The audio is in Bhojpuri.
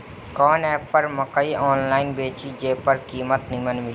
कवन एप पर मकई आनलाइन बेची जे पर कीमत नीमन मिले?